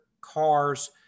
cars